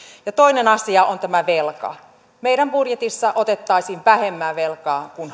ja toinen asia on tämä velka meidän budjetissa otettaisiin vähemmän velkaa kuin